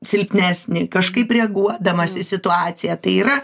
silpnesnį kažkaip reaguodamas į situaciją tai yra